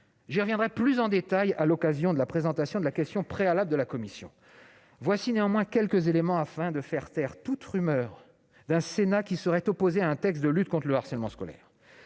J'y reviendrai plus en détail à l'occasion de la présentation de la question préalable déposée par la commission. Voici néanmoins quelques éléments, afin de faire taire les rumeurs selon lesquelles le Sénat se serait opposé à un texte de lutte contre le harcèlement scolaire.